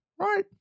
right